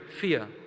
fear